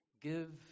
give